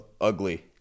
ugly